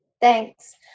Thanks